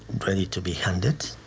ready to be handed.